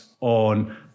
on